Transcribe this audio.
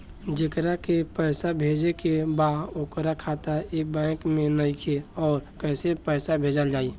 जेकरा के पैसा भेजे के बा ओकर खाता ए बैंक मे नईखे और कैसे पैसा भेजल जायी?